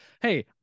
Hey